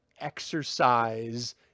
exercise